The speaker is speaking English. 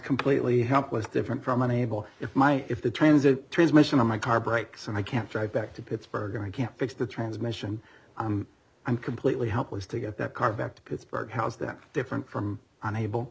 completely help was different from unable if my if the transit transmission in my car breaks and i can't drive back to pittsburgh and can't fix the transmission i'm i'm completely helpless to get that car back to pittsburgh how is that different from unable